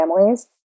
families